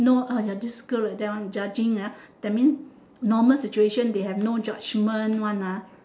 know !aiya! this girl like that one judging ah that mean normal situation they have no judgement one ah